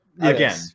again